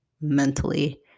Mentally